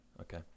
Okay